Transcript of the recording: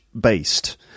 based